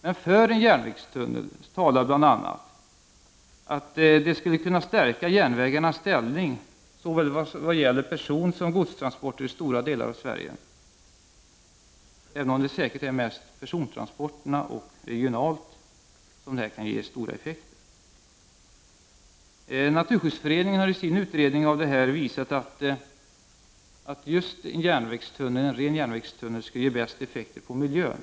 Men för en järnvägstunnel talar bl.a. att den skulle stärka järnvägarnas ställning vad gäller såväl personsom godstransporter i stora delar av Sverige, även om det säkert är mest 'på persontransporterna och regionalt som detta kan ge stora effekter. Naturskyddsföreningen har i sin utredning av det här redovisat att just en ren järnvägstunnel skulle ge bäst effekt på miljön.